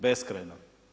Beskrajno.